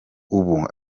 ubu